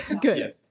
Good